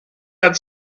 had